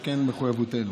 רבות,